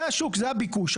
זה השוק, זה הביקוש.